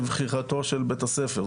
לבחירתו של בית הספר.